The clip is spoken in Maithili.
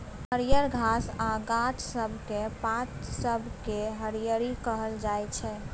हरियर घास आ गाछ सब केर पात सबकेँ हरियरी कहल जाइ छै